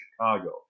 Chicago